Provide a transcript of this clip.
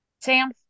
Sam